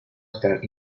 estar